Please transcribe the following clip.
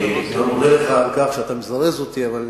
אני מודה לך על כך שאתה מזרז אותי, התחלנו.